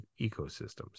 ecosystems